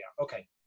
okay